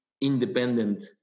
independent